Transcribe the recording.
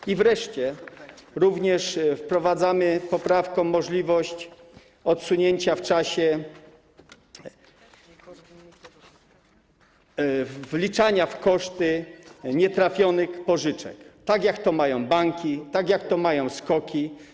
I wreszcie również wprowadzamy poprawką możliwość odsunięcia w czasie, możliwość wliczania w koszty nietrafionych pożyczek, tak jak to mają banki, tak jak to mają SKOKI.